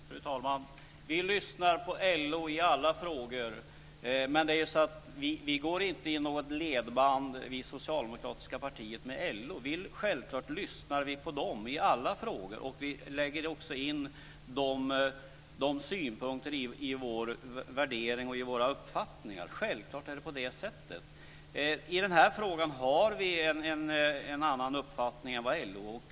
Fru talman! Vi lyssnar på LO i alla frågor. Men socialdemokratiska partiet går inte i LO:s ledband. Självklart lyssnar vi på LO i alla frågor, och vi väger också in LO:s synpunkter i våra värderingar och våra uppfattningar - självklart är det på det sättet. I den här frågan har vi en annan uppfattning än LO-ledningen.